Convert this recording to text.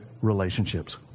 relationships